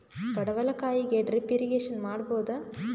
ಪಡವಲಕಾಯಿಗೆ drip irrigation ಮಾಡಬೋದ?